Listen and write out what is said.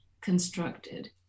constructed